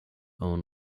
own